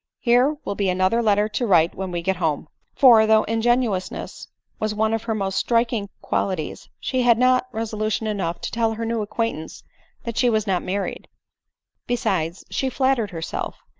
here will be another letter to write when we get home for, though ingenuousness was one of her most striking qualities, she had not resolution enough to tell her new acquaintance that she was not married besides, she flattered herself,